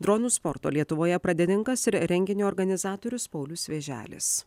dronų sporto lietuvoje pradininkas ir renginio organizatorius paulius vėželis